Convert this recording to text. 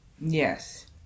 Yes